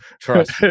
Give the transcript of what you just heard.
Trust